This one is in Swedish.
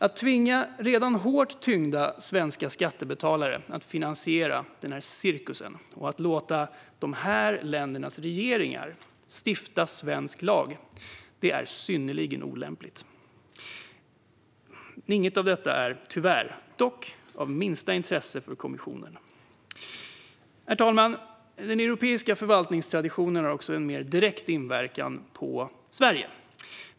Att tvinga redan hårt tyngda svenska skattebetalare att finansiera den här cirkusen och att låta dessa länders regeringar stifta svensk lag är synnerligen olämpligt. Men inget av detta är tyvärr av minsta intresse för kommissionen. Herr talman! Den europeiska förvaltningstraditionen har också en mer direkt inverkan på Sverige.